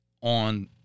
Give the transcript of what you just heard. on